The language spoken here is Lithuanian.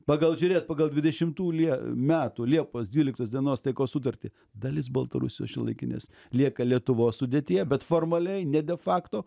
pagal žiūrėt pagal dvidešimtų lie metų liepos dvyliktos dienos taikos sutartį dalis baltarusijos šiuolaikinės lieka lietuvos sudėtyje bet formaliai ne de facto